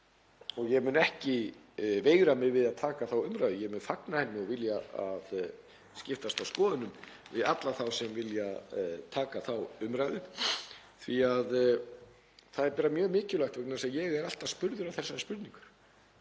og ég mun ekki veigra mér við að taka þá umræðu. Ég mun fagna henni og skiptast á skoðunum við alla þá sem vilja taka þá umræðu því að það er mjög mikilvægt. Ég er alltaf spurður þessarar spurningar: